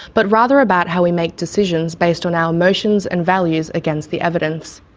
but rather about how we make decisions based on our emotions and values against the evidence.